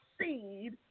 seed